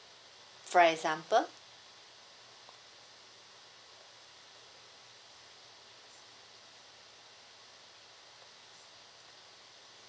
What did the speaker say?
for example